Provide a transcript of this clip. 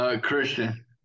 Christian